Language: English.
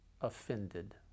offended